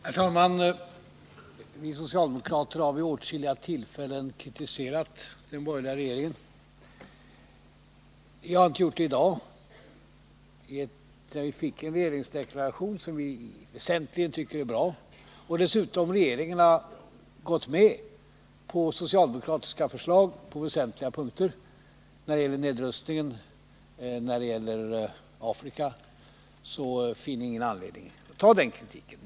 Herr talman! Vi socialdemokrater har vid åtskilliga tillfällen kritiserat den borgerliga regeringen. Men vi har inte gjort det i dag, sedan vi fått en regeringsdeklaration som vi väsentligen tycker är bra och regeringen dessutom gått med på socialdemokratiska förslag på väsentliga punkter när det gäller nedrustningen och beträffande Afrika. Vi finner då ingen anledning att ta upp en kritik.